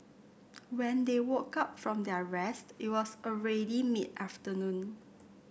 when they woke up from their rest it was already mid afternoon